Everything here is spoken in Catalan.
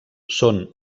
són